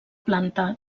planta